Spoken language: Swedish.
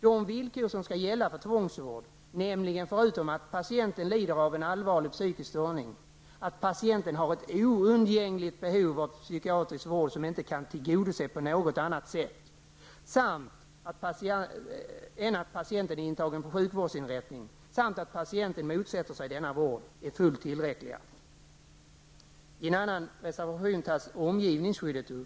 De villkor som skall gälla för tvångsvård, dvs. förutom att patienten lider av en allvarlig psykisk störning, att patienten har ett oundgängligt behov av psykiatrisk vård som inte kan tillgodoses på annat sätt än att patienten är intagen på en sjukvårdsinrättning och att patienten motsätter sig denna vård är fullt tillräckliga. Omgivningsskyddet tas upp i en annan reservation.